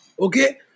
okay